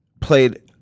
played